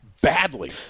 badly